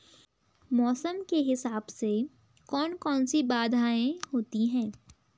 मौसम के हिसाब से कौन कौन सी बाधाएं होती हैं?